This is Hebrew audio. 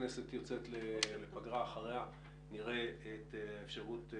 הכנסת יוצאת לפגרה ואחריה נראה את האפשרות.